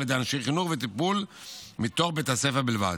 ידי אנשי חינוך וטיפול מתוך בית הספר בלבד.